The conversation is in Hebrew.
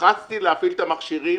לחצתי להפעיל את המכשירים,